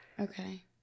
Okay